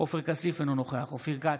עופר כסיף, אינו נוכח אופיר כץ,